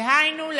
דהיינו,